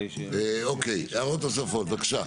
אוקיי, הערות נוספות בבקשה.